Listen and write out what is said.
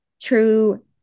true